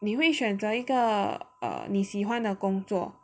你会选择一个你喜欢的工作